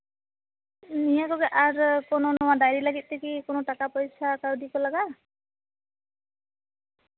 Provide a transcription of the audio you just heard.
ᱱᱤᱭᱟᱹ ᱠᱚᱜᱮ ᱟᱨ ᱰᱟᱭᱨᱤ ᱞᱟᱹᱜᱤᱫ ᱛᱮᱜᱮ ᱟᱨ ᱴᱟᱠᱟ ᱯᱚᱭᱥᱟ ᱠᱟᱹᱣᱰᱤ ᱠᱚ ᱞᱟᱜᱟᱜᱼᱟ